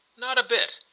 not a bit.